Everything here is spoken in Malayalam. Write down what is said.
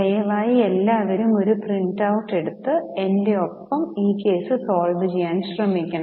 ദയവായി എല്ലാവരും ഒരു പ്രിന്റൌട്ട് എടുത്ത് എന്റെ ഒപ്പം ഈ കേസ് സോൾവ് ചെയ്യാൻ ശ്രമിക്കണം